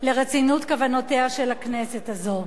לרצינות כוונותיה של הכנסת הזאת.